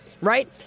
right